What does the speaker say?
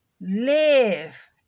Live